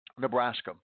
Nebraska